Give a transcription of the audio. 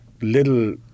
little